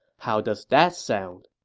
how does that sound?